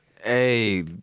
Hey